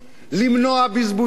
למנוע בזבוזים,